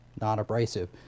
non-abrasive